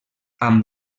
amb